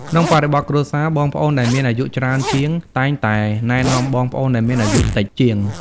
ក្នុងបរិបទគ្រួសារ បងប្អូនដែលមានអាយុច្រើនជាងតែងតែណែនាំបងប្អូនដែលមានអាយុតិចជាង។